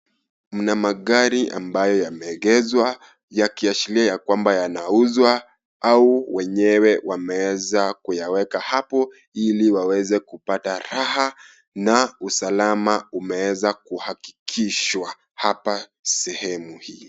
Mna magari ambayo yameegezwa yakiashiria ya kwamba yanauzwa au wenyewe wameweza kuyaweka hapo ili waweze kupata raha na usalama umeweza kuhakikishwa hapa sehemu hii.